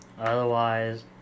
otherwise